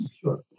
Sure